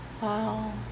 Wow